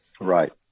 Right